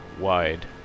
wide